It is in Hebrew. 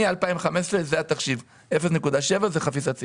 מ-2015 זה התחשיב - 0.7 זה חפיסת סיגריות.